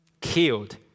killed